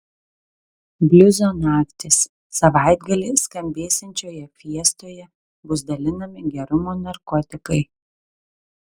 bliuzo naktys savaitgalį skambėsiančioje fiestoje bus dalinami gerumo narkotikai